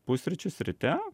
pusryčius ryte